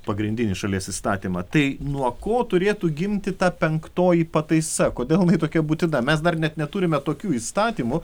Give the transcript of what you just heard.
pagrindinį šalies įstatymą tai nuo ko turėtų gimti ta penktoji pataisa kodėl jinai tokia būtina mes dar net neturime tokių įstatymų